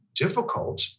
difficult